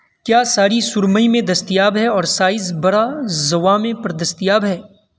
کیا ساری سرمئی میں دستیاب ہے اور سائز برا زوامی پر دستیاب ہے